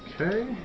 Okay